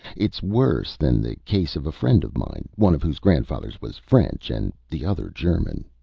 it's worse than the case of a friend of mine, one of whose grandfathers was french and the other german.